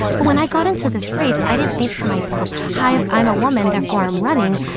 but when i got into this race, i didn't think to myself, hi, i'm i'm a woman, therefore i'm running.